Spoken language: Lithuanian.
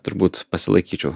turbūt pasilaikyčiau